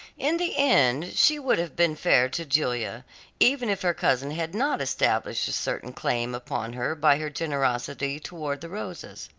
in the end she would have been fair to julia even if her cousin had not established a certain claim upon her by her generosity towards the rosas.